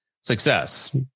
success